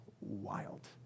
wild